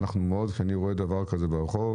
כשאני רואה דבר כזה ברחוב,